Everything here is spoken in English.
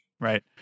Right